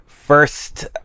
First